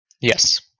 Yes